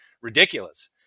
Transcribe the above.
ridiculous